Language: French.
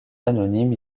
anonymes